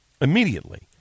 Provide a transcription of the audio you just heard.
immediately